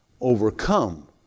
overcome